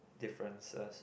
differences